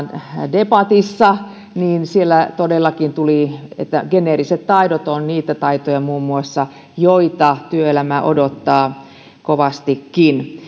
debatissa ja siellä todellakin tuli esille että muun muassa geneeriset taidot ovat niitä taitoja joita työelämä odottaa kovastikin